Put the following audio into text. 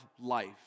life